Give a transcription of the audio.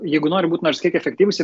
jeigu nori būt nors kiek efektyvūs